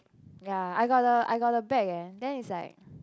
ya I got the I got the bag eh then is like